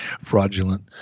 fraudulent